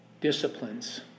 disciplines